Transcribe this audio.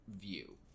view